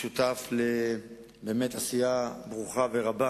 שותף, באמת, לעשייה ברוכה ורבה,